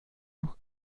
auch